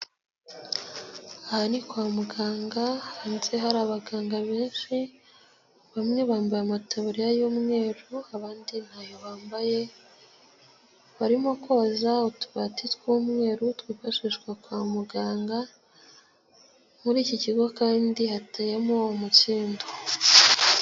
Aha ni kwa muganga hanze hari abaganga benshi, bamwe bambaye amataburiya y'umweru, abandi ntayo bambaye, barimo koza utubati tw'umweru twifashishwa kwa muganga, muri iki kigo kandi hateyemo umukindo.